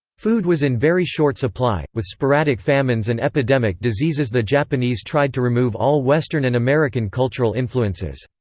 food was in very short supply, with sporadic famines and epidemic diseasesthe japanese tried to remove all western and american cultural influences.